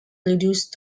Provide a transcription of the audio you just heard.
reduced